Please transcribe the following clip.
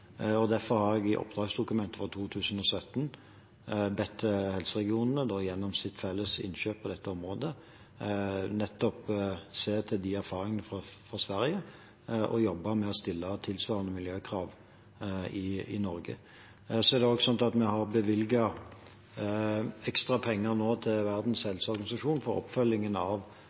Norge. Derfor har jeg i oppdragsdokumentet for 2017 bedt helseregionene gjennom sitt felles innkjøp på dette området om nettopp å se til erfaringene fra Sverige og jobbe med å stille tilsvarende miljøkrav i Norge. Så er det også slik at vi nå har bevilget ekstra penger til Verdens helseorganisasjon til oppfølgingen av